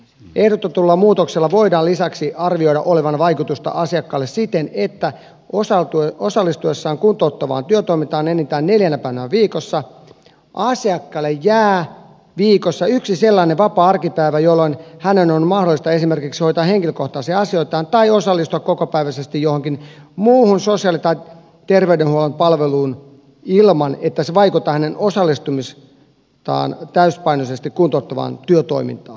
ehdotetulla muutoksella voidaan lisäksi arvioida olevan vaikutusta asiakkaalle siten että osallistuessaan kuntouttavaan työtoimintaan enintään neljänä päivänä viikossa asiakkaalle jää viikossa yksi sellainen vapaa arkipäivä jolloin hänen on mahdollista esimerkiksi hoitaa henkilökohtaisia asioitaan tai osallistua kokopäiväisesti johonkin muuhun sosiaali tai terveydenhuollon palveluun ilman että se vaikeuttaa hänen osallistumistaan täysipainoisesti kuntouttavaan työtoimintaan